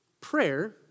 Prayer